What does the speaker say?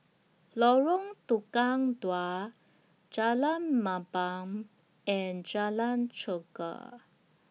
Lorong Tukang Dua Jalan Mamam and Jalan Chegar